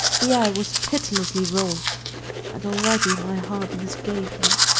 the air was pitilessly raw and already my heart misgave me.